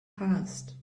passed